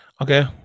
Okay